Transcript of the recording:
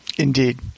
Indeed